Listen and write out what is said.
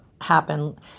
happen